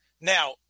Now